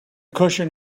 cushion